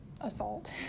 assault